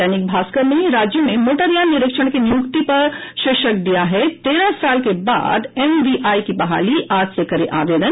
दैनिक भास्कर ने राज्य में मोटरयान निरीक्षक की नियुक्ति पर शीर्षक दिया है तेरह साल के बाद एमवीआई की बहाली आज से करे आवेदन